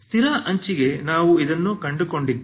ಸ್ಥಿರ ಅಂಚಿಗೆ ನಾವು ಇದನ್ನು ಕಂಡುಕೊಂಡಿದ್ದೇವೆ